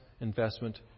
investment